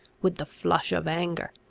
with the flush of anger.